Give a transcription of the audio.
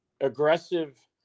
aggressive